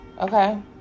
Okay